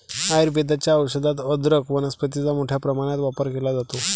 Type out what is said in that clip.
आयुर्वेदाच्या औषधात अदरक वनस्पतीचा मोठ्या प्रमाणात वापर केला जातो